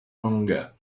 hunger